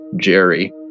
Jerry